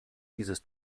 dieses